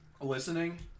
listening